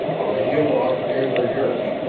on a hillock near their yurts,